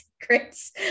secrets